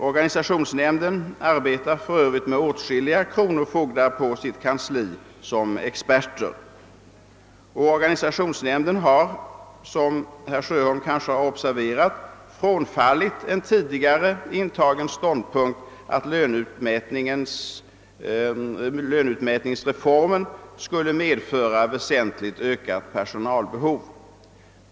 :Organisationsnämnden arbetar för övrigt med åtskilliga kronofogdar som experter på sitt kansli, och nämnden har — som herr Sjöholm kanske observerat — frånfallit en tidigare intagen ståndpunkt att löneutmätningsreformen skulle medföra väsentligt ökat personalbehov.